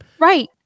Right